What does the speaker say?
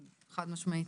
חד-משמעית.